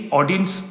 audience